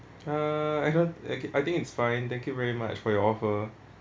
uh I don't I think it's fine thank you very much for your offer